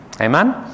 Amen